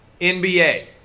NBA